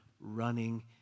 running